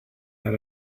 had